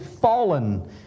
fallen